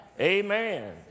Amen